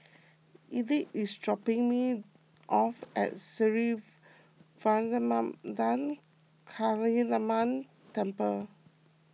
Ethyle is dropping me off at Sri Vairavimada Kaliamman Temple